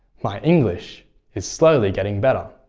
my english is slowly getting better.